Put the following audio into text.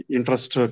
Interest